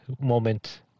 moment